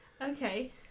Okay